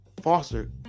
foster